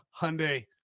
Hyundai